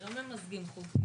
אבל לא ממזגים את החוקים.